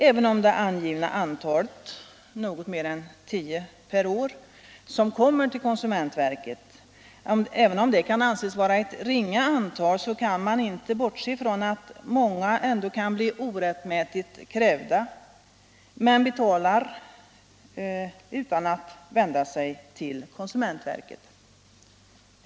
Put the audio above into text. Även om det angivna antalet fall — något mer än tio per år — som kommer till konsumentverket får anses vara ringa, kan man inte bortse från att många kan bli orättmätigt krävda men betalar utan att vända sig till konsumentverket.